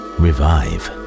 revive